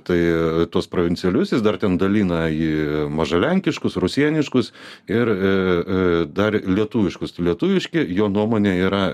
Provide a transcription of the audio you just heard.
tai tuos provincialius jis dar ten dalina į maža lenkiškus rusieniškus ir dar lietuviškus tai lietuviški jo nuomone yra